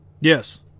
Yes